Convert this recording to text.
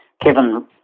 Kevin